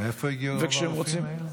מאיפה הגיעו רוב הרופאים האלה?